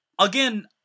Again